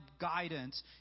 guidance